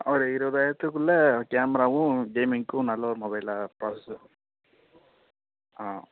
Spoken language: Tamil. ஒரு இருபதாயிரத்துக்குள்ள கேமராவும் கேமிங்க்கும் நல்ல ஒரு மொபைலாக பார்த்து சொல் ஆ